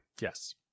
Yes